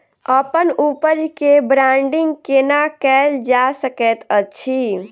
अप्पन उपज केँ ब्रांडिंग केना कैल जा सकैत अछि?